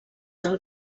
del